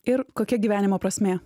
ir kokia gyvenimo prasmė